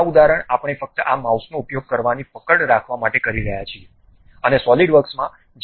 આ ઉદાહરણ આપણે ફક્ત આ માઉસનો ઉપયોગ કરવાની પકડ રાખવા માટે કરી રહ્યા છીએ અને સોલિડવર્કસમાં જે પણ વિકલ્પો ઉપલબ્ધ છે